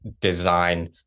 design